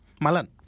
Malan